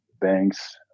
banks